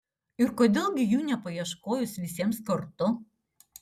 ir kodėl gi jų nepaieškojus visiems kartu